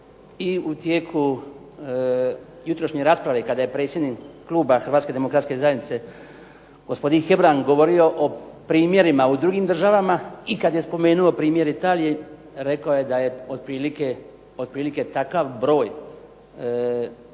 i u tijeku jutrošnje rasprave kada je predsjednik kluba Hrvatske demokratske zajednice gospodin Hebrang govorio o primjerima u drugim državama, i kad je spomenuo primjer Italije rekao je da je otprilike takav broj